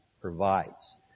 provides